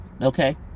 okay